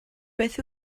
beth